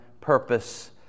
purpose